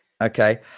Okay